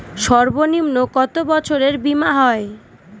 সর্বনিম্ন কত বছরের বীমার হয়?